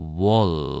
wall